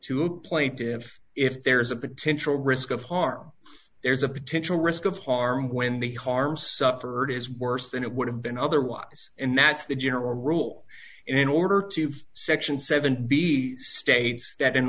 a plaintive if there's a potential risk of harm there's a potential risk of harm when the harm suffered is worse than it would have been otherwise and that's the general rule in order to section seven be the states that in